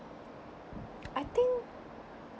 I think